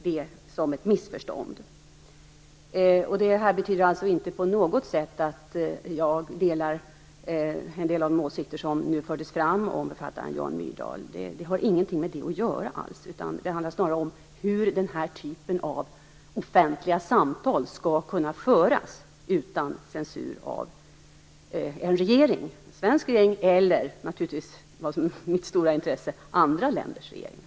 Det betyder inte att jag på något sätt delar en del av de åsikter som nu fördes fram om författaren Jan Myrdal. Det har ingenting med det att göra, utan det handlar snarare om hur den här typen av offentliga samtal skall kunna föras utan censur av en regering, av den svenska regeringen eller naturligtvis av - det som är mitt stora intresse - andra länders regeringar.